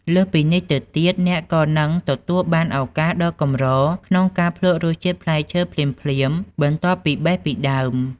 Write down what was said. លើសពីនេះទៅទៀត អ្នកក៏នឹងទទួលបានឱកាសដ៏កម្រក្នុងការភ្លក្សរសជាតិផ្លែឈើភ្លាមៗបន្ទាប់ពីបេះពីដើម។